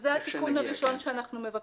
זה התיקון הראשון שאנחנו מבקשים.